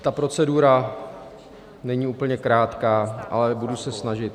Ta procedura není úplně krátká, ale budu se snažit.